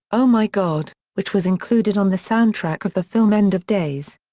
oh my god, which was included on the soundtrack of the film end of days.